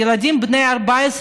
ילדים בני 14,